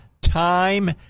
time